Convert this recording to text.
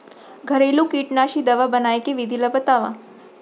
घरेलू कीटनाशी दवा बनाए के विधि ला बतावव?